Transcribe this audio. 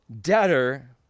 debtor